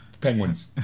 penguins